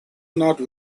not